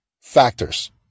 factors